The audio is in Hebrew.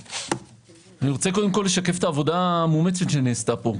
קודם כל אני רוצה לשקף את העבודה המאומצת שנעשתה פה.